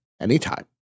anytime